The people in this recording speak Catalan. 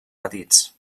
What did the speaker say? petits